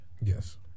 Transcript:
Yes